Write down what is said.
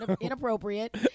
inappropriate